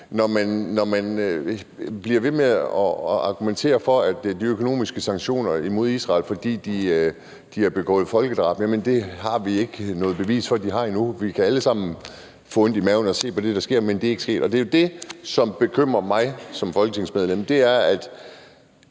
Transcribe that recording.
Når man bliver ved med at argumentere for økonomiske sanktioner mod Israel, fordi de har begået folkedrab, må jeg sige, at vi endnu ikke har noget bevis for, at de har. Vi kan alle sammen få ondt i maven af at se på det, der sker, men folkedrabet er ikke bevist. Og det er jo det, som bekymrer mig som folketingsmedlem, nemlig at